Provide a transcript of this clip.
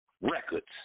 records